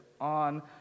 on